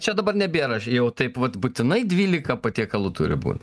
čia dabar nebėra jau taip vat būtinai dvylika patiekalų turi bū